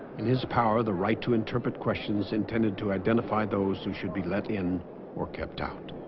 in his power the right to interpret questions intended to identify those who should be let in or kept out